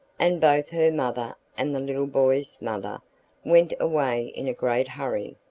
and both her mother and the little boy's mother went away in a great hurry.